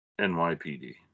NYPD